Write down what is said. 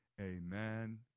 amen